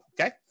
Okay